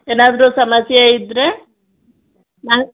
ಏನಾದರು ಸಮಸ್ಯೆ ಇದ್ದರೆ ನಾನು